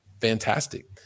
fantastic